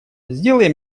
сделай